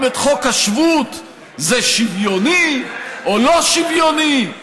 את חוק השבות זה שוויוני או לא שוויוני.